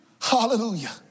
Hallelujah